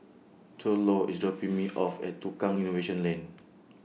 Thurlow IS dropping Me off At Tukang Innovation Lane